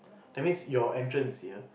that means your entrance is here